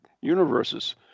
universes